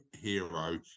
hero